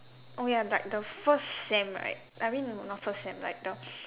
oh ya but the first sem right I mean no not first sem like the